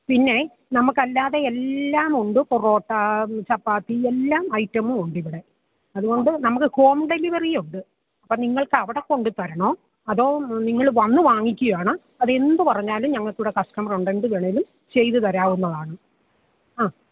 പിന്നെ നമുക്കല്ലാതെ എല്ലാമുണ്ട് പൊറോട്ട ചപ്പാത്തി എല്ലാ ഐറ്റവും ഉണ്ടിവിടെ അതു കൊണ്ട് നമുക്ക് ഹോം ഡെലിവറിയുണ്ട് അപ്പം നിങ്ങൾക്കവിടെ കൊണ്ടു തരണമോ അതോ നിങ്ങൾ വന്നു വാങ്ങിക്കുകയാണ് അതെന്തു പറഞ്ഞാലും ഞങ്ങൾക്കിവിടെ കസ്റ്റമറുണ്ട് എന്തു വേണമെങ്കിലും ചെയ്തു തരാവുന്നതാണ് ആ